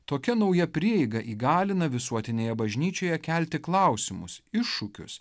tokia nauja prieiga įgalina visuotinėje bažnyčioje kelti klausimus iššūkius